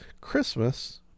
Christmas